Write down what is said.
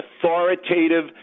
authoritative